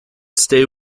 stay